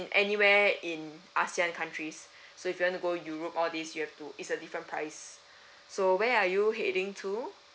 anywhere in asian countries so if you want to go europe all this you have to it's a different price so where are you heading to